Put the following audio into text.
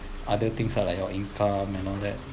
other things ah like your income and all that